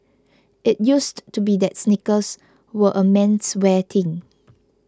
it used to be that sneakers were a menswear thing